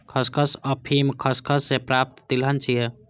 खसखस अफीम खसखस सं प्राप्त तिलहन छियै